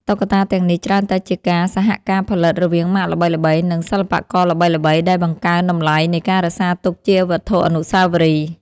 តុក្កតាទាំងនេះច្រើនតែជាការសហការផលិតរវាងម៉ាកល្បីៗ និងសិល្បករល្បីៗ ដែលបង្កើនតម្លៃនៃការរក្សាទុកជាវត្ថុអនុស្សាវរីយ៍។